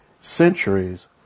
centuries